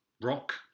rock